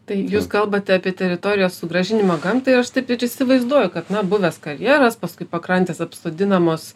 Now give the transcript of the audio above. tai jūs kalbate apie teritorijos sugrąžinimą gamtai ir aš taip ir įsivaizduoju kad na buvęs karjeras paskui pakrantės apsodinamos